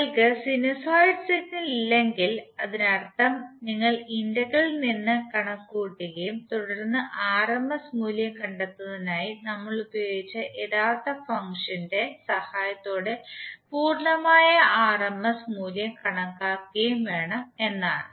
നിങ്ങൾക്ക് sinusoid signal ഇല്ലെങ്കിൽ അതിനർത്ഥം നിങ്ങൾ ഇന്റഗ്രലിൽ നിന്ന് കണക്കുകൂട്ടുകയും തുടർന്ന് rms മൂല്യം കണ്ടെത്തുന്നതിനായി നമ്മൾ ഉപയോഗിച്ച യഥാർത്ഥ ഫംഗ്ഷന്റെ സഹായത്തോടെ പൂർണ്ണമായ ആർ എം എസ് മൂല്യം കണക്കാക്കുകയും വേണം എന്നാണ്